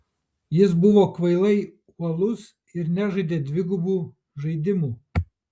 jis buvo kvailai uolus ir nežaidė dvigubų žaidimų